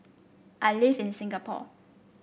I live in Singapore